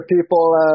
people